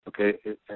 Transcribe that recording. okay